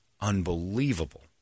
unbelievable